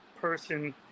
person